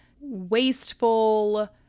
wasteful